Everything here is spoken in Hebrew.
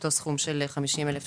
לאותו סכום של 50,000 שקלים.